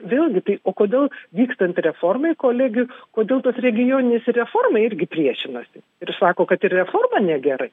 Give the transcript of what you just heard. vėlgi tai o kodėl vykstant reformai kolegijų kodėl tos regioninės ir reformai irgi priešinasi ir sako kad ir reforma negerai